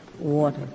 water